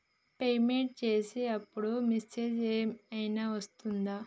Payment చేసే అప్పుడు message ఏం ఐనా వస్తదా?